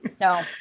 No